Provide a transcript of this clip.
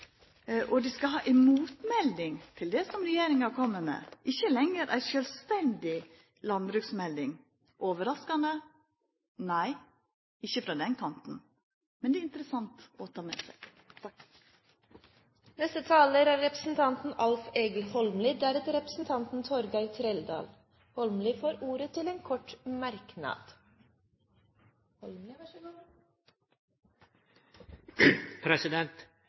og dei skal ha ei motmelding til det som regjeringa kjem med, og ikkje lenger ei sjølvstendig landbruksmelding. Overraskande? Nei, ikkje frå den kanten. Men det er interessant å ta med seg. Representanten Alf Egil Holmelid har hatt ordet to ganger tidligere og får ordet til en kort